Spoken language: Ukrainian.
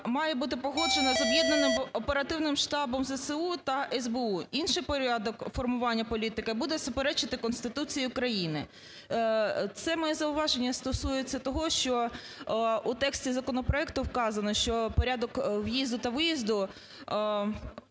має бути погоджена з об'єднаним оперативним штабом ЗСУ та СБУ. Інший порядок формування політики буде суперечити Конституції України. Це моє зауваження стосується того, що у тексті законопроекту вказано, що порядок в'їзду та виїзду